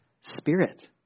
spirit